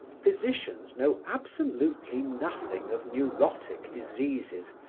physicians know absolutely nothing of neurotic diseases,